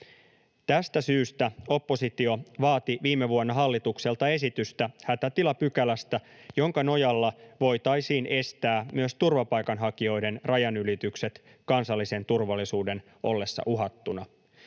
Tästä syystä oppositio vaati viime vuonna hallitukselta esitystä hätätilapykälästä, jonka nojalla voitaisiin estää myös turvapaikanhakijoiden rajanylitykset kansallisen turvallisuuden ollessa uhattuna.